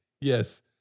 Yes